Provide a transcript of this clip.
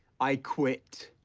i quit.